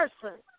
person